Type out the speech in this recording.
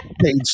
Page